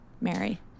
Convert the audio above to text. Mary